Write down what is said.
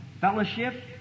fellowship